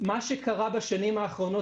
מה שקרה בשנים האחרונות,